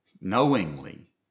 knowingly